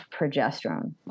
progesterone